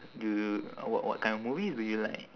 do you what what kind of movies do you like